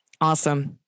Awesome